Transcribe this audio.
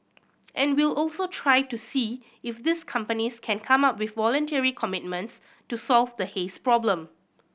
and we'll also try to see if these companies can come up with voluntary commitments to solve the haze problem